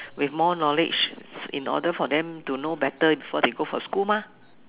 with more knowledge in order for them to know better before they go for school mah